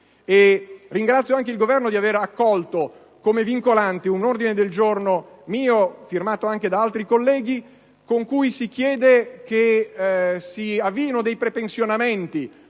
Ringrazio anche il Governo di aver accolto come vincolante un mio ordine del giorno, firmato anche da altri colleghi, con cui si chiede che si avviino dei prepensionamenti